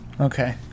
Okay